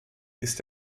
ist